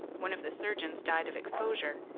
one of the surgeons died of exposure,